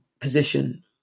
position